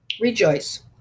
rejoice